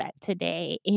today